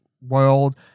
world